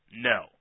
No